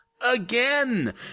again